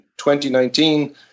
2019